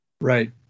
Right